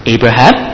Abraham